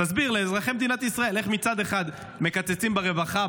תסביר לאזרחי מדינת ישראל איך מצד אחד מקצצים ברווחה,